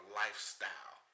lifestyle